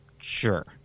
Sure